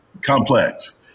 complex